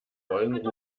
wollen